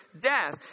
death